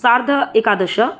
सार्ध एकादश